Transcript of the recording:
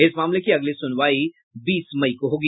इस मामले की अगली सुनवाई बीस मई को होगी